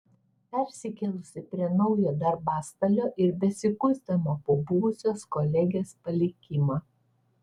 persikėlusi prie naujo darbastalio ir besikuisdama po buvusios kolegės palikimą